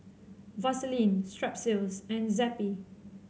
Vaselin Strepsils and Zappy